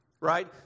right